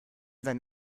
sein